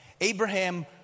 Abraham